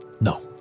no